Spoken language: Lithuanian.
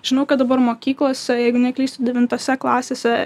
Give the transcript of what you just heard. žinau kad dabar mokyklose jeigu neklystu devintose klasėse